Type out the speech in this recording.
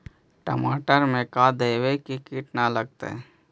टमाटर में का देबै कि किट न लगतै?